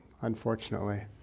unfortunately